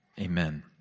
Amen